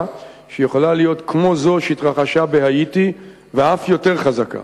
שיכולה להיות כמו זו שהתרחשה בהאיטי ואף יותר חזקה.